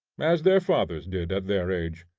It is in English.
as their fathers did at their age.